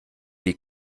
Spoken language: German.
die